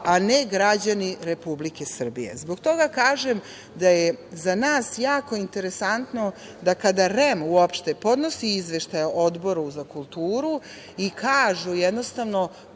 a ne građani Republike Srbije. Zbog toga kažem da je za nas jako interesantno da kada REM uopšte podnosi izveštaje Odboru za kulturu i kažu, jednostavno,